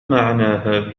معنى